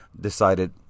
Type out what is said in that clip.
decided